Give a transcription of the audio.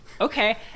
Okay